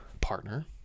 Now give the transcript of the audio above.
partner